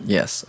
Yes